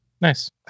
Nice